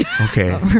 okay